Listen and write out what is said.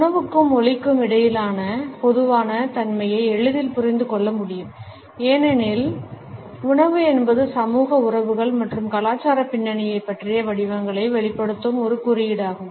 உணவுக்கும் மொழிக்கும் இடையிலான பொதுவான தன்மையை எளிதில் புரிந்து கொள்ள முடியும் ஏனெனில் உணவு என்பது சமூக உறவுகள் மற்றும் கலாச்சார பின்னணியைப் பற்றிய வடிவங்களை வெளிப்படுத்தும் ஒரு குறியீடாகும்